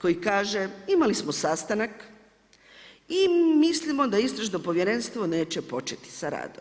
koji kaže imali smo sastanak i mislimo da Istražno povjerenstvo neće početi sa radom.